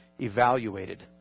evaluated